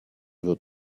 wird